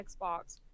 Xbox